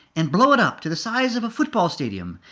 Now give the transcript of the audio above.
and blow it up to the size of a football stadium,